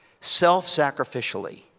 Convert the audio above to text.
self-sacrificially